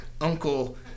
Uncle